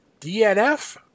DNF